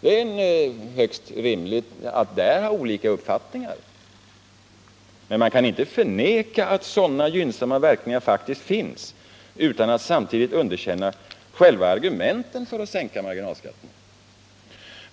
Det är högst rimligt att där ha olika uppfattningar. Men man kan inte förneka att sådana gynnsamma verkningar faktiskt finns utan att samtidigt underkänna själva argumenten för att sänka marginalskatterna.